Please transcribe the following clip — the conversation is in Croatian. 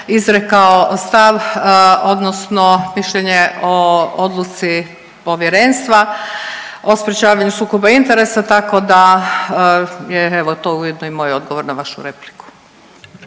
izrekao stav odnosno mišljenje o odluci Povjerenstva o sprječavanje sukoba interesa, tako da je evo to ujedno i moj odgovor na vašu repliku.